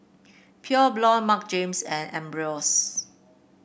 Pure Blonde Marc Jacobs and Ambros